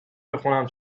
بخونم